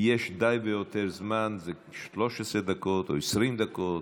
יש די והותר זמן, זה 13 דקות או 20 דקות